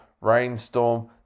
rainstorm